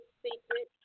secret